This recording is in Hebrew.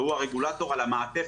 הוא הרגולטור על המעטפת,